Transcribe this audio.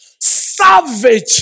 Savage